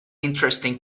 interesting